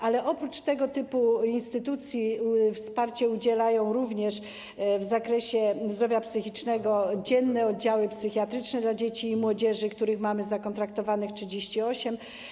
Ale oprócz tego typu instytucji wsparcia udzielają również w zakresie zdrowia psychicznego dzienne oddziały psychiatryczne dla dzieci i młodzieży, których mamy zakontraktowanych 38.